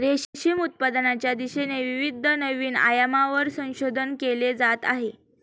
रेशीम उत्पादनाच्या दिशेने विविध नवीन आयामांवर संशोधन केले जात आहे